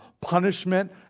punishment